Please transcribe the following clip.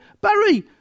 Barry